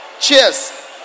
Cheers